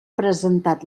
presentat